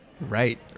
Right